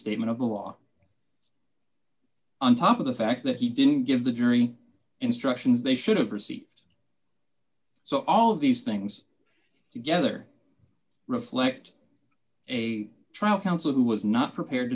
statement of the law on top of the fact that he didn't give the jury instructions they should have received so all of these things together reflect a trial counsel who was not prepared